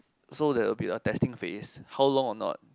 so there will be a testing phase how long or not